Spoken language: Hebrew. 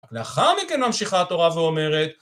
לאחר מכן, ממשיכה התורה ואומרת...